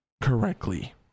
correctly